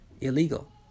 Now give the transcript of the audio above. illegal